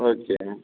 okay